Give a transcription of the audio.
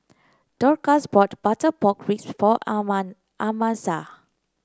Dorcas bought Butter Pork Ribs for Amasa